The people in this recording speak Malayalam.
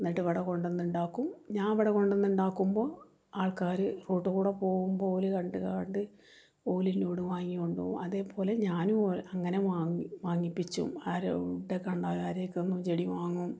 എന്നിട്ടിവടെ കൊണ്ടുവന്നുണ്ടാക്കും ഞാൻ ഇവിടകൊണ്ടുവന്ന് ഉണ്ടാക്കുമ്പോള് ആൾക്കാര് റോഡില്കൂടെ പോകുമ്പോള് ഓല് കണ്ട്ങ്ങാണ്ട് ഓലെന്നോട് വാങ്ങി കൊണ്ടുപോകും അതേപോലെ ഞാനും അങ്ങനെ വാങ്ങി വാങ്ങിപ്പിച്ചു ആരോട് കണ്ടാല് ആരേക്കെന്നും ചെടി വാങ്ങും